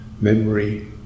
memory